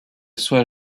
soit